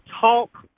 talk